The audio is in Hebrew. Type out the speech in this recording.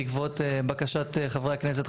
בעקבות בקשת חברי הכנסת,